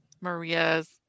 Maria's